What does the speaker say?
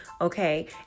Okay